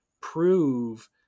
prove